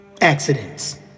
accidents